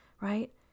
Right